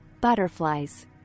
butterflies